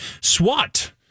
SWAT